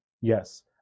Yes